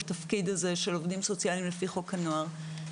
התפקיד של עובדים סוציאליים לפי חוק הנוער,